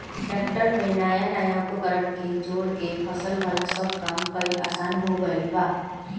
tractor में नया नया उपकरण के जोड़ के फसल वाला सब काम कईल आसान हो गईल बा